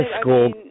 school